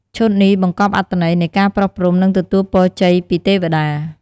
ឈុតនេះបង្កប់អត្ថន័យនៃការប្រោះព្រំ និងទទូលពរជ័យពីទេវតា។